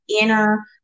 inner